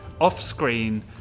off-screen